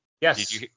Yes